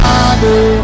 Father